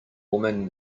women